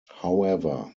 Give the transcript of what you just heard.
however